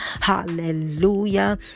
hallelujah